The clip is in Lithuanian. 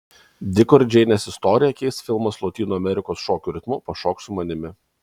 diko ir džeinės istoriją keis filmas lotynų amerikos šokių ritmu pašok su manimi